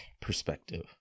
perspective